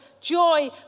joy